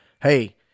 Hey